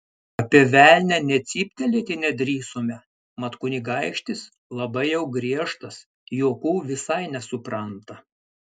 apie velnią nė cyptelėti nedrįsome mat kunigaikštis labai jau griežtas juokų visai nesupranta